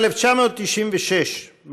הצעות לסדר-היום מס' 9664, 9645 ו-9663.